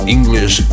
English